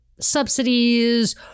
subsidies